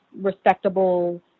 respectable